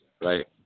right